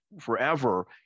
forever